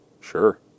Sure